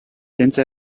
senza